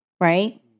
right